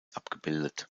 abgebildet